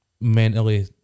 mentally